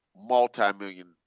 multi-million